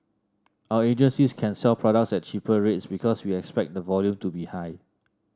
our agencies can sell products at cheaper rates because we expect the volume to be high